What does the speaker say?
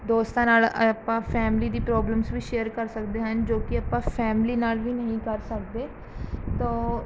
ਦੋਸਤਾਂ ਨਾਲ਼ ਆਪਾਂ ਫੈਮਿਲੀ ਦੀ ਪ੍ਰੋਬਲਮਜ਼ ਵੀ ਸ਼ੇਅਰ ਕਰ ਸਕਦੇ ਹਨ ਜੋ ਕਿ ਆਪਾਂ ਫੈਮਿਲੀ ਨਾਲ਼ ਵੀ ਨਹੀਂ ਕਰ ਸਕਦੇ ਤੋਂ